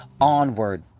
onward